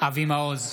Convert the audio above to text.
אבי מעוז,